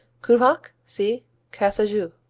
cubjac see cajassou.